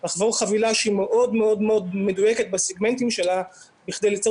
לחבור חבילה שהיא מאוד מאוד מדויקת בסגמנטים שלה בכדי ליצור